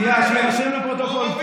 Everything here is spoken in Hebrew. שנייה, שיירשם בפרוטוקול.